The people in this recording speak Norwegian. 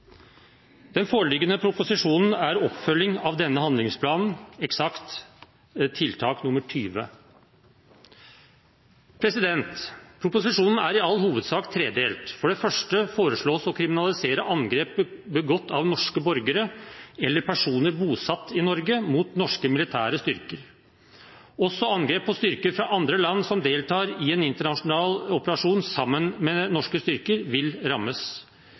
Den foreliggende proposisjonen er oppfølging av denne handlingsplanen, eksakt tiltak nummer 20. Proposisjonen er i all hovedsak tredelt. For det første foreslås det å kriminalisere angrep begått av norske borgere eller personer bosatt i Norge, mot norske militære styrker. Også angrep på styrker fra andre land som deltar i en internasjonal operasjon sammen med norske styrker, vil rammes.